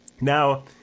Now